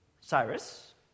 Cyrus